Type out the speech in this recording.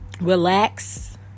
relax